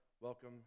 welcome